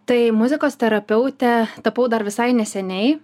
tai muzikos terapeute tapau dar visai neseniai